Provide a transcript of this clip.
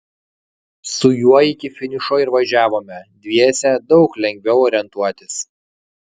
su juo iki finišo ir važiavome dviese daug lengviau orientuotis